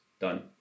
done